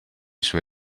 suo